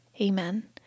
Amen